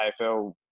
AFL